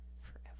forever